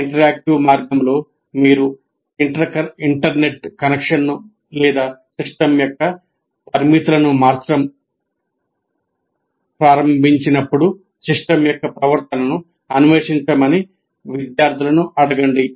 interactive మార్గంలో మీరు ఇంటర్ కనెక్షన్లు లేదా సిస్టమ్ యొక్క పారామితులను మార్చడం ప్రారంభించినప్పుడు సిస్టమ్ యొక్క ప్రవర్తనను అన్వేషించమని విద్యార్థులను అడగండి